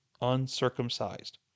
uncircumcised